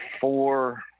four